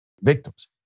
victims